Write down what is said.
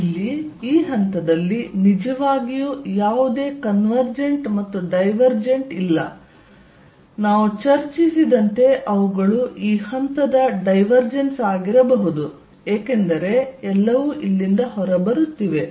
ಇಲ್ಲಿ ಈ ಹಂತದಲ್ಲಿ ನಿಜವಾಗಿಯೂ ಯಾವುದೇ ಕನ್ವೆರ್ಜೆಂಟ್ ಮತ್ತು ಡೈವರ್ಜೆಂಟ್ ಇಲ್ಲ ನಾವು ಚರ್ಚಿಸಿದಂತೆ ಅವುಗಳು ಈ ಹಂತದ ಡೈವರ್ಜೆನ್ಸ್ ಆಗಿರಬಹುದು ಏಕೆಂದರೆ ಎಲ್ಲವೂ ಇಲ್ಲಿಂದ ಹೊರಬರುತ್ತಿವೆ